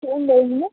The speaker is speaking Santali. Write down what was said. ᱪᱮᱫ ᱤᱧ ᱞᱟᱹᱭᱟ ᱤᱧᱫᱚ